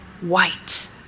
white